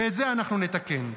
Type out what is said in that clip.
ואת זה אנחנו נתקן.